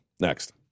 Next